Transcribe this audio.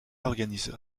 organise